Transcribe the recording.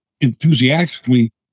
enthusiastically